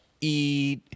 eat